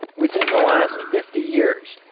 within the last fifty years,